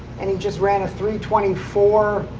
and he just ran a three twenty four